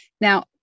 Now